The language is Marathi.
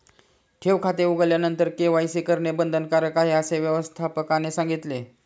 ठेव खाते उघडल्यानंतर के.वाय.सी करणे बंधनकारक आहे, असे व्यवस्थापकाने सांगितले